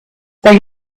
they